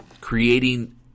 creating